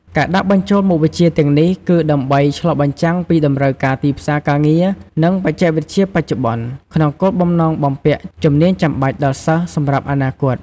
ការដាក់បញ្ចូលមុខវិជ្ជាទាំងនេះគឺដើម្បីឆ្លុះបញ្ចាំងពី តម្រូវការទីផ្សារការងារ និង បច្ចេកវិទ្យាបច្ចុប្បន្ន ក្នុងគោលបំណងបំពាក់ជំនាញចាំបាច់ដល់សិស្សសម្រាប់អនាគត។